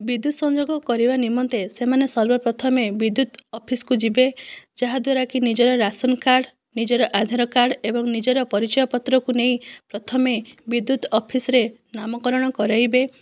ବିଦ୍ୟୁତ ସଂଯୋଗ କରିବା ନିମନ୍ତେ ସେମାନେ ସର୍ବପ୍ରଥମେ ବିଦ୍ୟୁତ ଅଫିସକୁ ଯିବେ ଯାହାଦ୍ୱାରା କି ନିଜର ରାସନ କାର୍ଡ଼ ନିଜର ଆଧାର କାର୍ଡ଼ ଏବଂ ନିଜର ପରିଚୟ ପତ୍ରକୁ ନେଇ ପ୍ରଥମେ ବିଦ୍ୟୁତ ଅଫିସରେ ନାମକରଣ କରାଇବେ